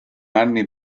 anni